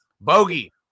Bogey